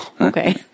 okay